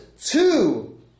two